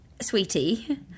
sweetie